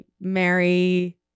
Mary